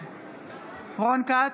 נגד רון כץ,